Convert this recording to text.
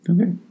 okay